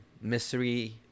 mystery